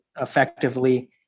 effectively